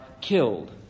killed